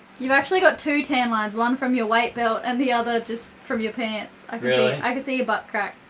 you've actually got two tan lines, one from your weight belt, and the other just from your pants. really? i can see your butt crack.